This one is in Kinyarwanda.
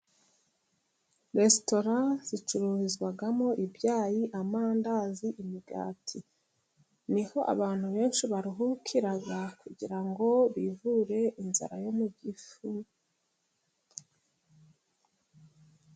Resitora zicururizwamo ibyayi, amandazi, imigati. Ni ho abantu benshi baruhukira kugira ngo bivure inzara yo mu gifu.